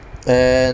end